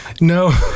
no